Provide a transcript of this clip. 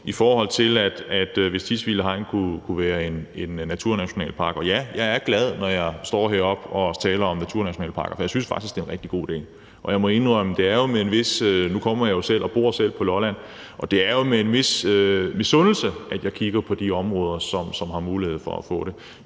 i forhold til hvis Tisvilde Hegn kunne blive en naturnationalpark. Og ja, jeg er glad, når jeg står heroppe og taler om naturnationalparker, for jeg synes faktisk, det er en rigtig god idé. Og jeg må indrømme – nu kommer jeg jo selv fra Lolland og bor på Lolland – at det er med en vis misundelse, at jeg kigger på de områder, som har mulighed for at blive det.